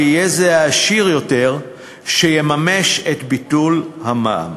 ויהיה זה עשיר יותר שיממש את ביטול המע"מ,